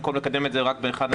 במקום לקדם את זה רק ב-1.4%,